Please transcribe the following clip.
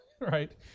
right